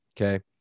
Okay